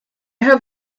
have